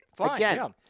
again